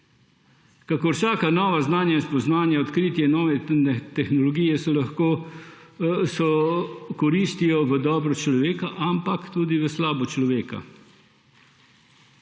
Kakor vsaka nova znanja in spoznanja, odkritja, nove tehnologije koristijo v dobro človeka, ampak tudi v slabo človeka.